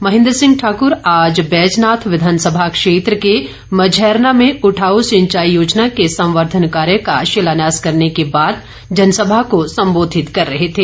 महेन्द्र सिंह ठाकुर आज बैजनाथ विधानस्भा क्षेत्र के मझैरना में उठाउ सिंचाई योजना के संवर्धन कार्य का शिलान्यास करने के बाद जनसभा को संबोधित कर रहे थे